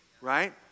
right